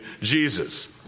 Jesus